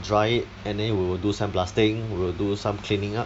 dry and then we will do sand blasting we will do some cleaning up